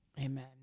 Amen